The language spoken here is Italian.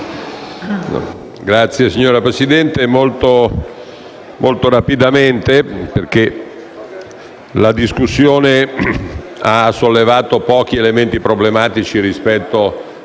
Presidente, intervengo molto rapidamente perché la discussione ha sollevato pochi elementi problematici rispetto alle